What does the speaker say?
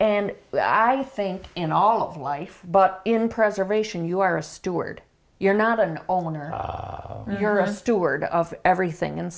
and i think in all of life but in preservation you are a steward you're not an owner bob you're a steward of everything and